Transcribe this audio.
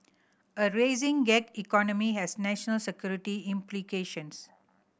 a rising gig economy has national security implications